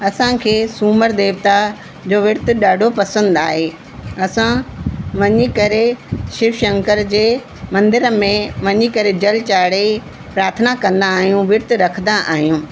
असांखे सूमर देवता जो विर्तु ॾाढो पसंदि आहे असां वञी करे शिव शंकर जे मंदर में वञी करे जल चाढ़े प्रार्थना कंदा आहियूं विर्तु रखंदा आहियूं